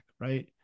right